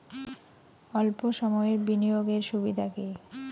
অল্প সময়ের বিনিয়োগ এর সুবিধা কি?